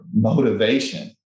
motivation